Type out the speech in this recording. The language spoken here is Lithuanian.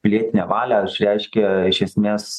pilietinę valią išreiškia iš esmės